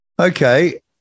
Okay